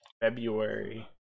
February